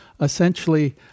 essentially